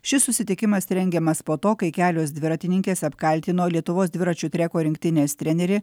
šis susitikimas rengiamas po to kai kelios dviratininkės apkaltino lietuvos dviračių treko rinktinės trenerį